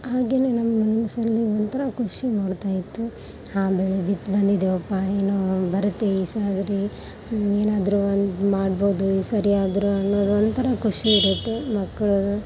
ಹಾಗೆಯೇ ನಮ್ಮ ಮನಸ್ಸಲ್ಲಿ ಒಂಥರ ಖುಷಿ ನೋಡ್ತಾಯಿತ್ತು ಹಾಂ ಬೆಳೆ ಬಿತ್ತಿ ಬಂದಿದೀವಪ್ಪ ಏನೋ ಬರುತ್ತೆ ಈ ಸಾರಿ ಏನಾದರೂ ಒಂದು ಮಾಡ್ಬೋದು ಈ ಸರಿಯಾದರೂ ಅನ್ನೋದು ಒಂಥರ ಖುಷಿ ಇರುತ್ತೆ ಮಕ್ಕಳು